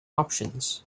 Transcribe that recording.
options